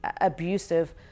abusive